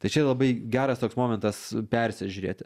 tai čia labai geras toks momentas persižiūrėti